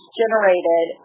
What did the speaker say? generated